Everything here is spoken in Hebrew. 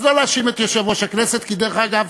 אז לא להאשים את יושב-ראש הכנסת, כי דרך אגב